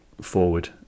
forward